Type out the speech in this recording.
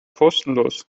kostenlos